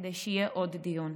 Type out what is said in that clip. כדי שיהיה עוד דיון,